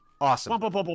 awesome